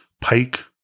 Pike